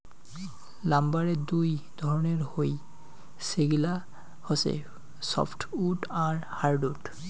লাম্বারের দুই ধরণের হই, সেগিলা হসে সফ্টউড আর হার্ডউড